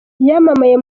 yamamaye